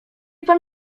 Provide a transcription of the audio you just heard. pan